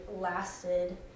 lasted